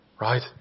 Right